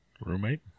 Roommate